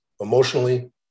emotionally